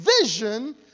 vision